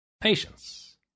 Patience